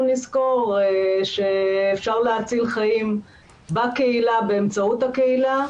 נזכור שאפשר להציל חיים בקהילה באמצעות הקהילה,